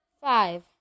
Five